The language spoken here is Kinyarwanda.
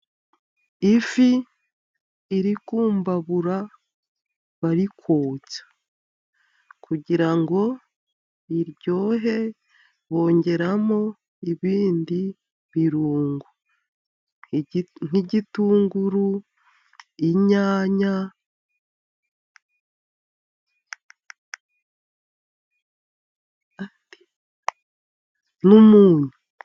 Ifi iri kumbabura barikotsa, kugira ngo iryohe bongeramo ibindi birungo nk'igitunguru, inyanya n'umunyu.